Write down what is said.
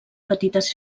petites